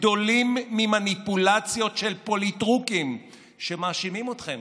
גדולים ממניפולציות של פוליטרוקים שמאשימים אתכם